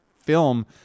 film